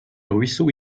ruisseau